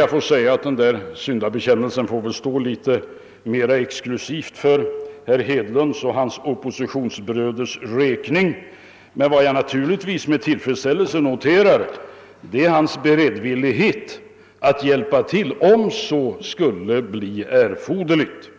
av herr Holmberg. Syndabekännelsen får emellertid stå för herr Hedlunds och hans oppositionsbröders räkning. Men jag noterade givetvis med tillfredsställelse herr Hedlunds beredvillighet att hjälpa till, om så skulle bli erforderligt.